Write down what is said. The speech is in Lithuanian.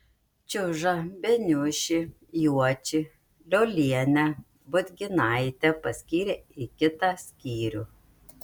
čiužą beniušį juočį liolienę budginaitę paskyrė į kitą skyrių